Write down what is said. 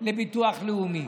לביטוח לאומי.